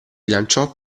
lanciò